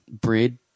bread